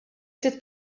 ftit